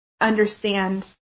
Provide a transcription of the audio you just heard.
understand